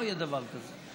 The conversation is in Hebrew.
לא יהיה דבר כזה.